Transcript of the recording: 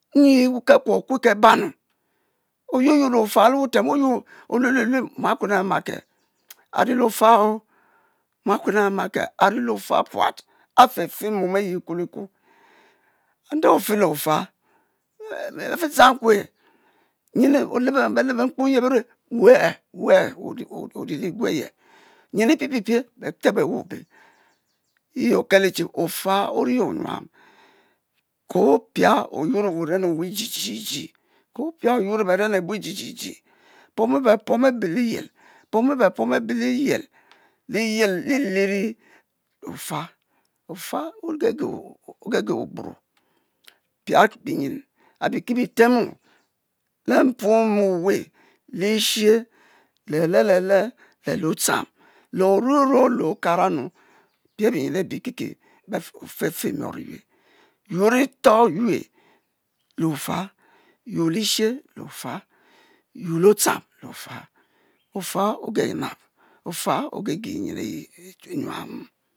Nyi kekuo akue kebanu, o’yuo yuor le o’fa ke-wutem, o’ yuor muakuen amakie ain le o’fa, muam ama kie ari le o’fa puat, a’fe fe mom ayi e’kuolikuo, nde o’fe le o’fa efe Izang kue nyen belebo bekpom ye berue’we e’ we’e, we oii le-Igu aye, nyen le’ pie’ pie’ pie beteh e’ we obey ye okelo che ofa ori nyuam ke ofia o’yuor wuren o’we rididi, ke ofia oyuor le beren abue ji ji ji, pomo bepom abe liyel’pomo belom abe liyel. liyel li li ri le o’fa ofa ogege ogburo, pia binyin abi ke bitemo le mpuome owe, lishe, le’ le’ le’ le lo ocluam, le oluelue ohu okava nnu, pie binyin abe fefe mion eyue, yuor le itoh eyue le o’fe, o’fa oge-nab, o’fa ogeje nyin ayi nyuam